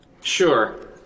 Sure